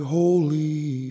holy